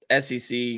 sec